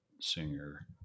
singer